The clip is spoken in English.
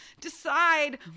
decide